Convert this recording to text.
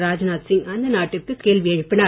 ராஜ்நாத் சிங் அந்த நாட்டிற்கு கேள்வி எழுப்பினார்